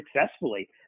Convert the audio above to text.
successfully